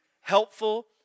helpful